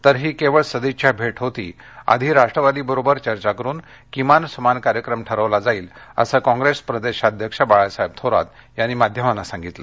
तर ही केवळ सदिच्छा भेट होती आधी राष्ट्रवादीबरोबर चर्चा करून किमान समान कार्यक्रम ठरवला जाईल असं कॉप्रेस प्रदेशाध्यक्ष बाळासाहेब थोरात यांनी माध्यमांना सागितलं